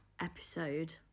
episode